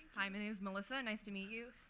hi. my name is melissa. nice to meet you.